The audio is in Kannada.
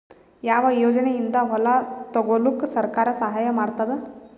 ಯಾವ ಯೋಜನೆಯಿಂದ ಹೊಲ ತೊಗೊಲುಕ ಸರ್ಕಾರ ಸಹಾಯ ಮಾಡತಾದ?